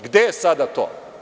Gde je sada to?